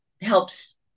helps